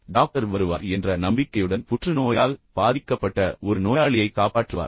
doctor வருவார் என்ற நம்பிக்கையுடன் பின்னர் புற்றுநோயால் பாதிக்கப்பட்ட ஒரு நோயாளியைக் காப்பாற்றுவார்